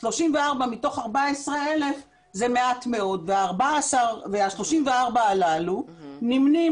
34 מתוך 14,000 זה מעט מאוד וה-34 הללו נמנים